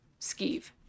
skeeve